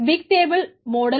big table model